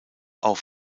auch